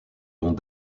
dont